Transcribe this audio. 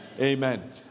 Amen